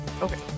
Okay